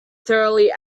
thoroughly